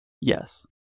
Yes